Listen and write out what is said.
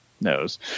knows